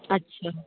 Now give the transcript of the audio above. अच्छा